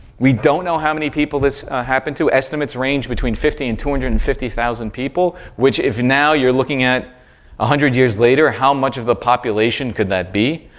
we don't know how many people this happened to. estimates range between fifty and two hundred and fifty thousand people, which if now you're looking at one ah hundred years later, how much of a population could that be?